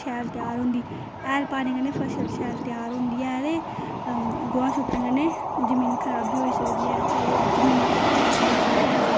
शैल त्यार होंदी हैल पाने कन्नै फसल शैल त्यार होंदी ऐ ते गोहा सु'ट्टने कन्नै जमीन खराब बी होई सकदी ऐ ओह्दे जमीन उप्पर बी असर पेई सकदा ऐ